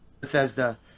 Bethesda